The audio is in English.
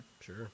Sure